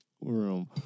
room